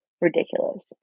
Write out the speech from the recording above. ridiculous